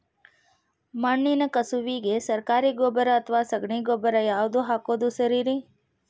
ಮಣ್ಣಿನ ಕಸುವಿಗೆ ಸರಕಾರಿ ಗೊಬ್ಬರ ಅಥವಾ ಸಗಣಿ ಗೊಬ್ಬರ ಯಾವ್ದು ಹಾಕೋದು ಸರೇರಿ?